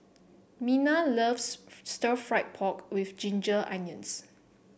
Minna loves stir fry pork with Ginger Onions